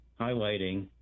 highlighting